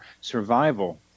survival